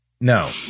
No